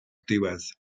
diwedd